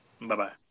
Bye-bye